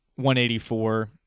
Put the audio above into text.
184